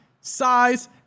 size